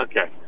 Okay